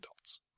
adults